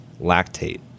lactate